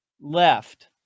left